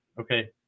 okay